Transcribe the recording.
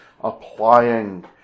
applying